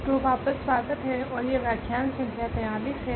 तो वापस स्वागत है और यह व्याख्यान संख्या 43 है